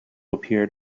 appeared